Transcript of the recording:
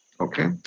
Okay